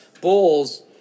Bulls